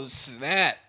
snap